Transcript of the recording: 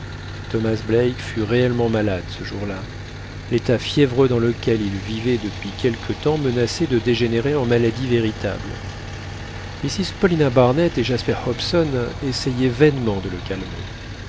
thomas black fut réellement malade ce jour-là l'état fiévreux dans lequel il vivait depuis quelque temps menaçait de dégénérer en maladie véritable mrs paulina barnett et jasper hobson essayaient vainement de le calmer